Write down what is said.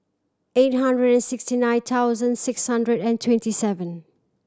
eight hundred and sixty nine thousand six hundred and twenty seven